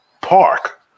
park